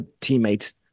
teammates